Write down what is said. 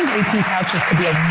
eighteen couches could be a